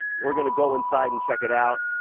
we're gonna go inside and check it out.